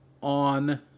on